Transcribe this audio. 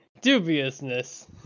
Dubiousness